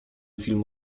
film